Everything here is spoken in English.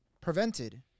prevented